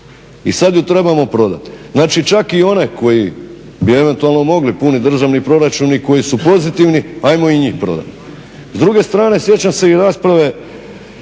I sada ju trebao prodati. Znači čak i one koji bi eventualno mogli puniti državni proračun i koji su pozitivni ajmo i njih prodati. S druge strane sjećam se i rasprave,